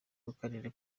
w’akarere